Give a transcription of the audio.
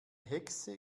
hexe